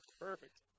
Perfect